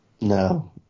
No